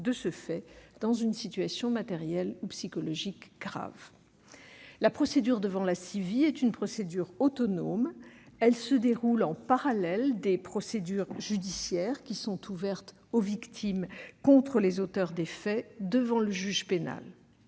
de ce fait, dans une situation matérielle ou psychologique grave. La procédure en vigueur devant la CIVI est autonome ; elle se déroule en parallèle des procédures judiciaires ouvertes aux victimes contre les auteurs des faits devant le juge pénal.